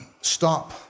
stop